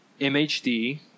MHD